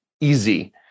easy